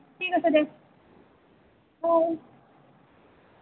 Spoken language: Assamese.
ঠিক আছে দে বাই